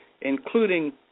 including